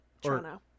Toronto